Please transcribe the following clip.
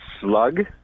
slug